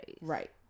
Right